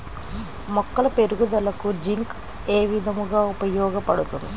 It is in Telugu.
మొక్కల పెరుగుదలకు జింక్ ఏ విధముగా ఉపయోగపడుతుంది?